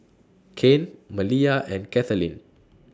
Kane Malia and Kathaleen